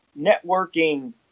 networking